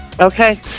Okay